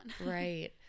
Right